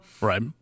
right